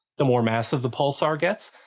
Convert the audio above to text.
the more massive the pulsar gets,